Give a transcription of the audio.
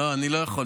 לא, אני לא יכול.